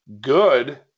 good